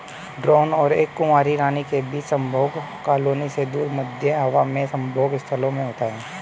drone और एक कुंवारी रानी के बीच संभोग कॉलोनी से दूर, मध्य हवा में संभोग स्थलों में होता है